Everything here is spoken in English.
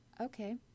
Okay